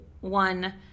one